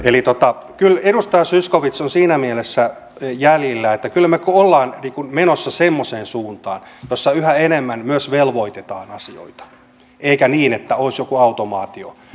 eli kyllä edustaja zyskowicz on siinä mielessä jäljillä että kyllä me olemme menossa semmoiseen suuntaan jossa yhä enemmän myös velvoitetaan asioihin eikä ole niin että olisi joku automaatio